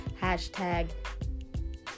hashtag